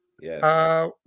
Yes